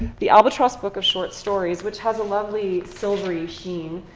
the albatross book of short stories, which has a lovely silvery sheen.